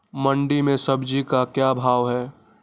मंडी में सब्जी का क्या भाव हैँ?